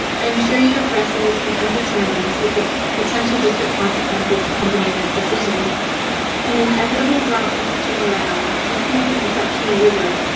i am sure you have and wrestled and come to terms with the potential district consequences accompanying this decision and inevitable drop in teacher morale, decreasing instructional rigor,